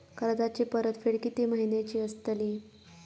कर्जाची परतफेड कीती महिन्याची असतली?